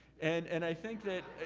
and and i think that,